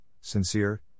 sincere